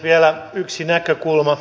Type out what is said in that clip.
vielä yksi näkökulma